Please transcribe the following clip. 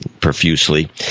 profusely